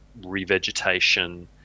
revegetation